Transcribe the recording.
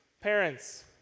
parents